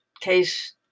case